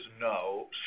no